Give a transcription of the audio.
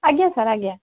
ଆଜ୍ଞା ସାର୍ ଆଜ୍ଞା